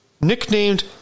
nicknamed